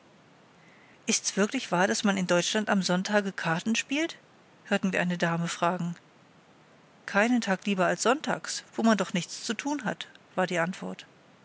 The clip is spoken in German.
ist's wirklich wahr daß man in deutschland am sonntage karten spielt hörten wir eine dame fragen keinen tag lieber als sonntags wo man doch nichts zu tun hat war die antwort